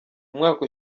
umwaka